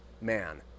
man